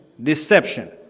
Deception